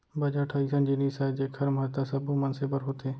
budget ह अइसन जिनिस आय जेखर महत्ता सब्बो मनसे बर होथे